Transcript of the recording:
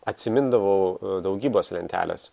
atsimindavau daugybos lentelės